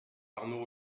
arnaud